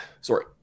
sorry